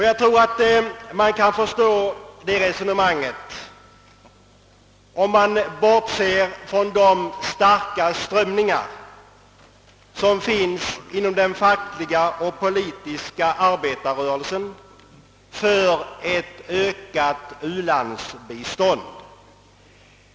Jag tror att man kan förstå detta resonemang endast om man bortser från de starka strömningar som finns inom den fackliga och politiska arbetarrörelsen för ett ökat u-landsbistånd.